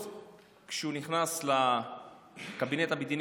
כשהוא נכנס לקבינט המדיני-ביטחוני,